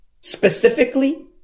specifically